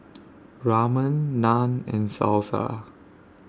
Ramen Naan and Salsa